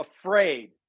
afraid